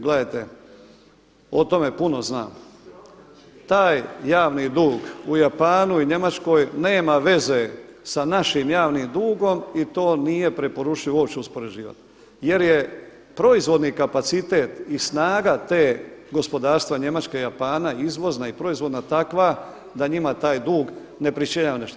Gledajte o tome puno znam, taj javni dug u Japanu i Njemačkoj nema veze sa našim javnim dugom i to nije preporučljivo uopće uspoređivati jer je proizvodni kapacitet i snaga te, gospodarstva Njemačke i Japana izvozna i proizvodna takva da njima taj dug ne pričinjava nešto.